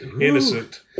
innocent